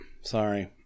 Sorry